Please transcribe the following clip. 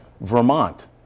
Vermont